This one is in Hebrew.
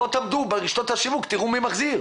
בואו תעמדו ברשתות השיווק ותראו מי מחזיר.